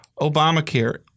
Obamacare